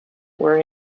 were